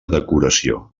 decoració